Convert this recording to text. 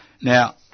Now